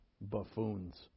buffoons